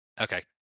Okay